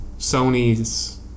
Sony's